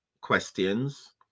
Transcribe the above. questions